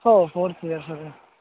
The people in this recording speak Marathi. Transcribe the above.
हो फोर्थ इयर सर